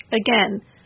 Again